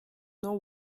know